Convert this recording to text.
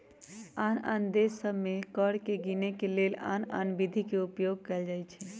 आन आन देश सभ में कर के गीनेके के लेल आन आन विधि के उपयोग कएल जाइ छइ